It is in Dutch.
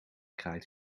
kraait